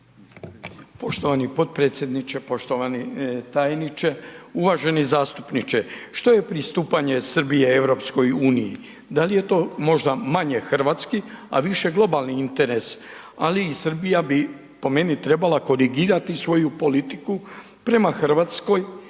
Poštovani potpredsjedniče, poštovani tajniče, uvaženi zastupniče. Što je pristupanje Srbije EU-i? Da li je to možda manje hrvatski, a više globalni interes? Ali, i Srbija bi po meni trebala korigirati svoju politiku prema Hrvatskoj